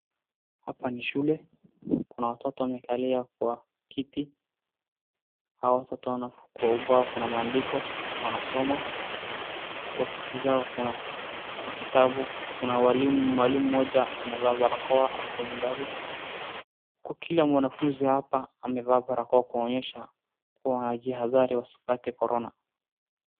Hapa ni shule, kuna watoto wamekali kwa kiti. Hawa watoto wana kwa ubao kuna maandiko wanasoma, kwa kiti zao kuna vitabu kuna mwalimu mmoja amevaa barakoa ako mbali. Kila mwanafuzi hapa amevaa barakoa kuonyesha wanajihadhali wasipate korona.